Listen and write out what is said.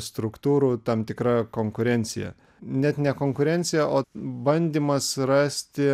struktūrų tam tikra konkurencija net ne konkurencija o bandymas rasti